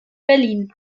berlin